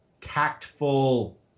tactful